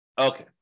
Okay